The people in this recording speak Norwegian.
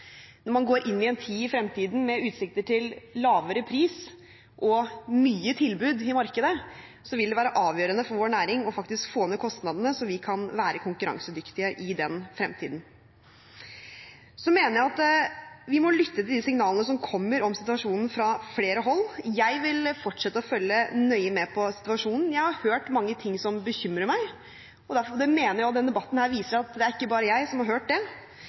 Når man går inn i fremtiden med utsikter til lavere pris og mange tilbud i markedet, vil det være avgjørende for vår næring faktisk å få ned kostnadene, så vi kan være konkurransedyktige i fremtiden. Så mener jeg vi må lytte til de signalene som kommer om situasjonen fra flere hold. Jeg vil fortsette å følge nøye med på situasjonen. Jeg har hørt mange ting som bekymrer meg, og derfor mener jeg – og denne debatten viser – at det ikke bare er jeg som har hørt det.